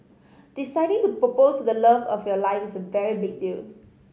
deciding to propose to the love of your life is a very big deal